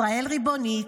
ישראל הריבונית.